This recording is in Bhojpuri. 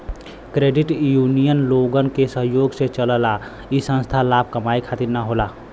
क्रेडिट यूनियन लोगन के सहयोग से चलला इ संस्था लाभ कमाये खातिर न होला